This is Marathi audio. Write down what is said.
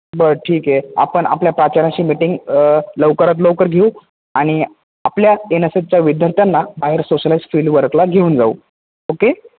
बरं ठीक आहे आपण आपल्या प्राचार्यांशी मीटिंग लवकरात लवकर घेऊ आणि आपल्या एन एस एचच्या विद्यार्थ्यांना बाहेर सोशलाइज फील्डवरकला घेऊन जाऊ ओके